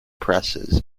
presses